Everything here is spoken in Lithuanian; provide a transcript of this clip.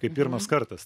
kaip pirmas kartas